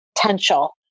potential